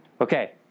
Okay